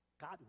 God